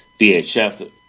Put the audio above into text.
VHF